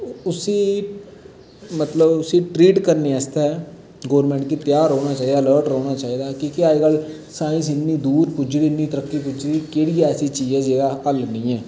उस्सी मतलब उस्सी ट्रीट करने आस्तै गोरमैंट गी त्यार रौह्ना चाहिदा अलर्ट रौह्ंना चाहिदा कि की अज्जकल साइंस इन्नी दूर पुज्जी दी इन्नी तरक्की पुज्जी केह्ड़ी ऐसी चीज ऐ जेह्दा हल्ल नि ऐ